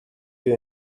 you